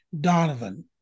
donovan